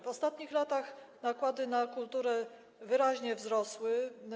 W ostatnich latach nakłady na kulturę wyraźnie wzrosły.